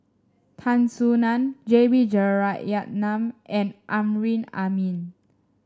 Tan Soo Nan J B Jeyaretnam and Amrin Amin